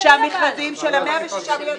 -- שהמכרזים של ה-106 מיליארד --- לא.